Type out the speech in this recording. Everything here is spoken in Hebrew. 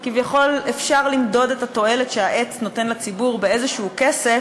כביכול אפשר למדוד את התועלת שהעץ נותן לציבור בכסף